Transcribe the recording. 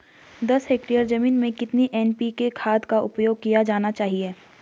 दस हेक्टेयर जमीन में कितनी एन.पी.के खाद का उपयोग किया जाना चाहिए?